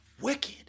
wicked